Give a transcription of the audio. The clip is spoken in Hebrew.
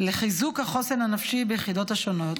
לחיזוק החוסן הנפשי ביחידות השונות.